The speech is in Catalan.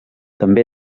també